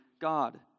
God